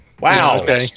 Wow